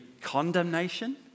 condemnation